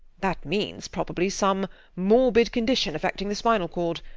that means, probably, some morbid condition affecting the spinal cord.